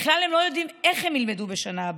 בכלל הם לא יודעים איך הם ילמדו בשנה הבאה.